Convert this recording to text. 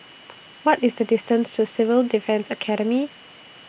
What IS The distance to Civil Defence Academy